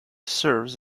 serves